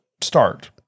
start